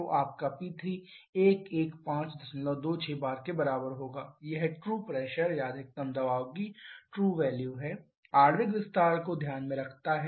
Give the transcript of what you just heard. तो आपका P3 11526 bar यह ट्रू प्रेशर या अधिकतम दबाव की ट्रू वैल्यू है जो आणविक विस्तार को ध्यान में रखता है